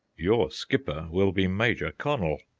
your skipper will be major connel!